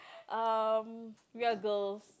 um we're girls